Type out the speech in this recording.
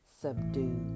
subdue